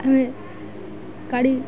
ଆମେ ଗାଡ଼ି